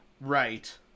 right